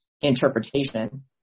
interpretation